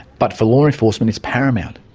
but for law enforcement it's paramount.